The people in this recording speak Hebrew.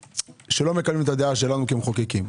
שלא מקבלים את הדעה שלנו כמחוקקים.